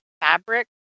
fabric